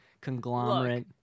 conglomerate